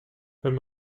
wenn